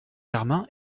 germain